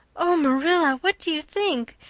oh, marilla, what do you think?